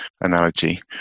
analogy